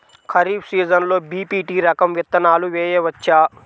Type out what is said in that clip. ఖరీఫ్ సీజన్లో బి.పీ.టీ రకం విత్తనాలు వేయవచ్చా?